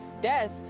Death